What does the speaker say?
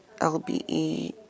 LBE